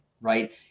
Right